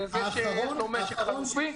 הוא זה שיש לו משק חלופי?